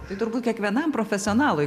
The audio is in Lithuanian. tai turbūt kiekvienam profesionalui